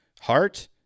heart